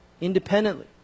independently